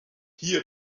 hier